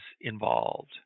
involved